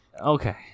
Okay